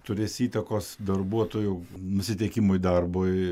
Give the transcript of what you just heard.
turės įtakos darbuotojų nusiteikimui darbui